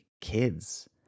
kids